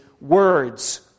words